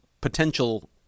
potential